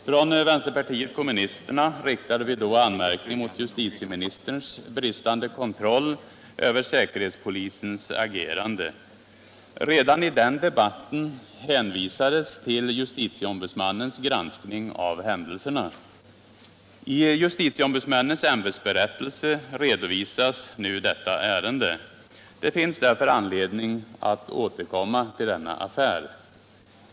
Från vänsterpartiet kommunisterna riktade vi då anmärkning mot justitieministerns bristande kontroll över säkerhetspolisens agerande. Redan i den debatten hänvisades till justitieombudsmannens granskning av händelserna. I justitieombudsmännens ämbetsberättelse redovisas nu detta ärende. Det finns därför anledning att återkomma till denna affär.